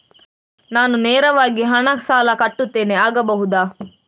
ನಾನು ನೇರವಾಗಿ ಹಣ ಸಾಲ ಕಟ್ಟುತ್ತೇನೆ ಆಗಬಹುದ?